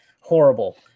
horrible